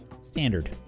standard